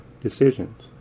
decisions